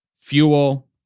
fuel